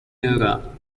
era